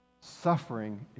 suffering